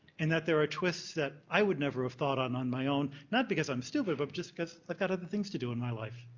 and that there are twists that i would never have thought on, on my own. not because i'm stupid but just because i've got other things to do in my life.